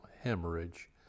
hemorrhage